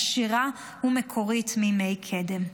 עשירה ומקורית מימי קדם.